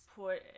put